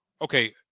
Okay